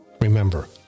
Remember